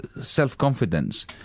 self-confidence